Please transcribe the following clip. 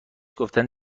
گفتن